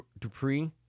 Dupree